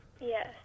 Yes